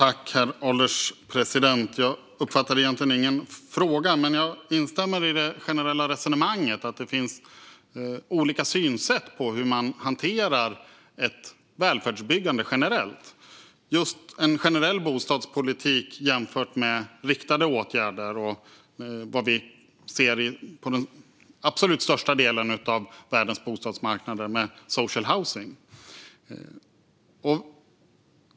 Herr ålderspresident! Jag uppfattade ingen egentlig fråga, men jag instämmer i det generella resonemanget. Det finns olika synsätt på hur man hanterar ett välfärdsbyggande. Man kan ha en generell bostadspolitik och jämföra den med riktade åtgärder och det vi ser på den absolut största delen av bostadsmarknaden i världen med social housing.